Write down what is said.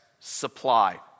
supply